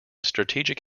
strategic